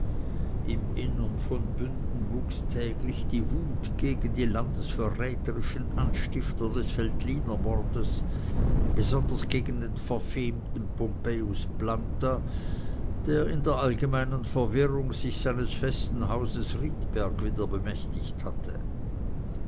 im innern von bünden wuchs täglich die wut gegen die landesverräterischen anstifter des veltlinermordes besonders gegen den verfemten pompejus planta der in der allgemeinen verwirrung sich seines festen hauses riedberg wieder bemächtigt hatte